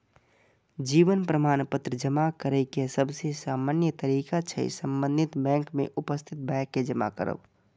जीवन प्रमाण पत्र जमा करै के सबसे सामान्य तरीका छै संबंधित बैंक में उपस्थित भए के जमा करब